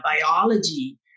biology